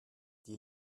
die